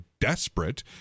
desperate